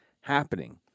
happening